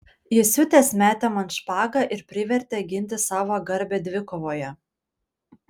įsiutęs metė man špagą ir privertė ginti savo garbę dvikovoje